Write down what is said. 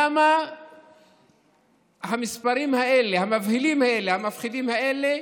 למה המספרים האלה, המבהילים האלה, המפחידים האלה?